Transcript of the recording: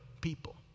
people